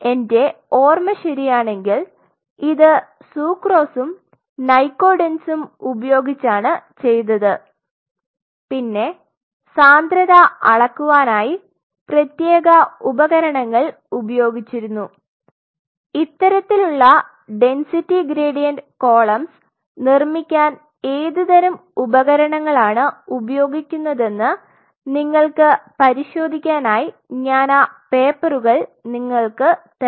എന്റെ ഓര്മ ശെരിയാണെങ്കിൽ ഇത് സുക്രോസ്സും നൈകോഡെൻസും ഉപയോഗിചാണ് ചെയ്തത് പിന്നെ സാന്ദ്രത അളക്കുവാനായി പ്രത്യേക ഉപകരണങ്ങൾ ഉപയോഗിച്ചിരുന്നു ഇത്തരത്തിലുള്ള ഡെന്സിറ്റി ഗ്രേഡിയന്റ് കോളംസ് നിർമ്മിക്കാൻ ഏത് തരം ഉപകരണങ്ങളാണ് ഉപയോഗിക്കുന്നതെന്ന് നിങ്ങൾക്ക് പരിശോധിക്കാനായി ഞാൻ ആ പേപ്പറുകൾ നിങ്ങൾക്ക് തരാം